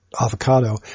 avocado